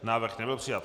Návrh nebyl přijat.